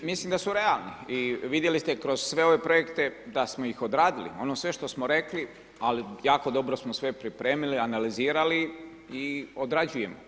Pa mislim da su realni i vidjeli ste kroz sve ove projekte da smo ih odradili, ono sve što smo rekli, a jako dobro smo sve pripremili, analizirali i odrađujemo.